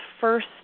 first